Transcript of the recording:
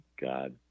God